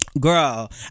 girl